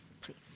please